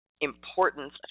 importance